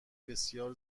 بسیار